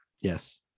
Yes